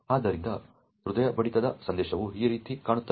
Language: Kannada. ಆದ್ದರಿಂದ ಹೃದಯ ಬಡಿತದ ಸಂದೇಶವು ಈ ರೀತಿ ಕಾಣುತ್ತದೆ